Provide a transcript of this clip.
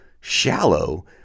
shallow